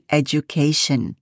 education